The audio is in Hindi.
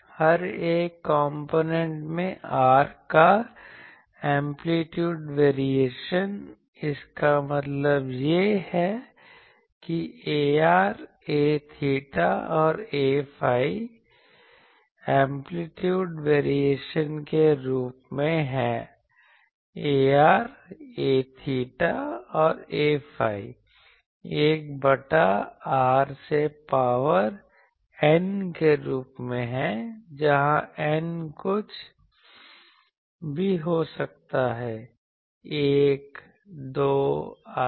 हर एक कॉम्पोनेंट में R का एंप्लीट्यूड वेरिएशन इसका मतलब यह है कि Ar A𝚹 और Aϕ एंप्लीट्यूड वेरिएशन के रूप में है Ar A𝚹 और Aϕ 1 बटा r से पावर n के रूप में है जहाँ n कुछ भी हो सकता है 1 2 आदि